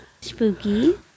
Spooky